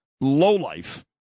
lowlife